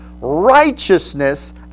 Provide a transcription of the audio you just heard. righteousness